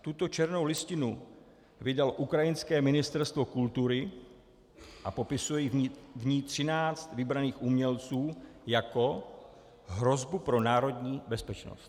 Tuto černou listinu vydalo ukrajinské ministerstvo kultury a popisuje v ní třináct vybraných umělců jako hrozbu pro národní bezpečnost.